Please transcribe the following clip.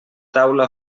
taula